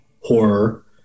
horror